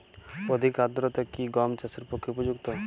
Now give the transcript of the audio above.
অধিক আর্দ্রতা কি গম চাষের পক্ষে উপযুক্ত?